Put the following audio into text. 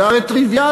זה הרי טריוויאלי.